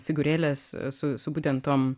figūrėles su su būtent tom